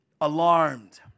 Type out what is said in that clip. alarmed